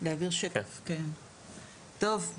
טוב,